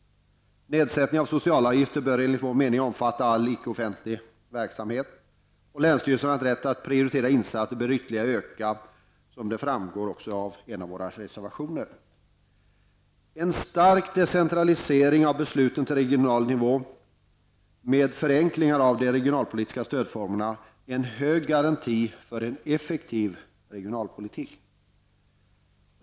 Nedsättningen av socialavgifter bör enligt vår mening omfatta all icke-offentlig verksamhet. Länsstyrelsernas rätt att prioritera insatser bör ytterligare öka, såsom vi framhåller i en av våra reservationer. En stark decentralisering av besluten till regional nivå med förenklingar av de regionalpolitiska stödformerna ger en hög garanti för en effektiv regionalpolitik.